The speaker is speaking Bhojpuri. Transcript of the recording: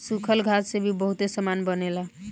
सूखल घास से भी बहुते सामान बनेला